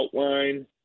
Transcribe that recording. outline